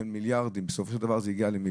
של מיליארדים בסופו של דבר זה יגיע למיליארדים,